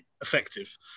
effective